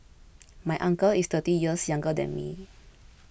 my uncle is thirty years younger than me